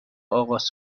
آغاز